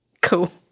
Cool